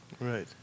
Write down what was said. Right